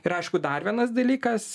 ir aišku dar vienas dalykas